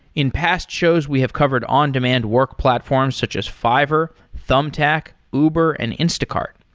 in past shows, we have covered on-demand work platforms, such as fiverr, thumbtack, uber and instacart.